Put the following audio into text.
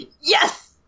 Yes